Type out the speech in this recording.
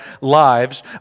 lives